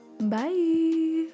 Bye